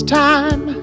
time